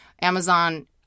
Amazon